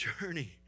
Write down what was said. journey